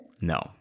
No